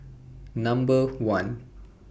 Number one